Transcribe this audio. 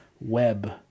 web